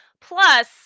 Plus